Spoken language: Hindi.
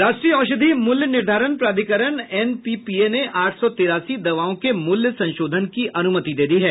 राष्ट्रीय औषधि मूल्य निर्धारण प्राधिकरण एनपीपीए ने आठ सौ तिरासी दवाओं के मूल्य संशोधन की अनुमति दी है